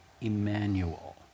Emmanuel